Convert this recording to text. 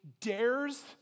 dares